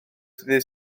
ddydd